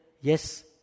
yes